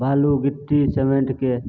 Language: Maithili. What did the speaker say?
बालू गिट्टी सिमेन्टके